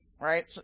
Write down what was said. right